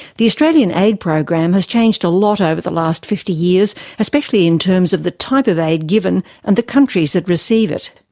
the australian aid program has changed a lot over the last fifty years especially in terms of the type of aid given and the countries that receive it.